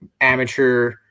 amateur